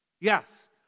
Yes